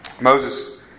Moses